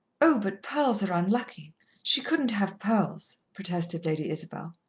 oh, but pearls are unlucky she couldn't have pearls, protested lady isabel.